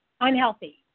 unhealthy